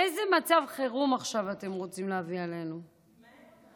איזה מצב חירום אתם רוצים להביא עלינו עכשיו?